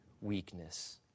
weakness